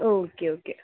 okay okay